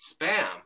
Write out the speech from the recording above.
Spam